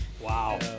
Wow